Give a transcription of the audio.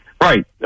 Right